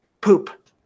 poop